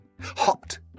hopped